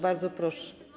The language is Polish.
Bardzo proszę.